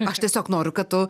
aš tiesiog noriu kad tu